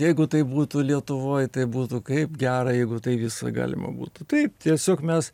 jeigu tai būtų lietuvoj tai būtų kaip gerai jeigu tai visa galima būtų taip tiesiog mes